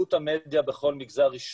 עלות המדיה בכל מגזר היא שונה,